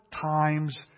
times